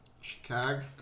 Chicago